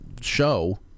show